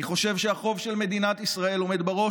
אני חושב שהחוב של מדינת ישראל עומד בראש